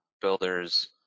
builders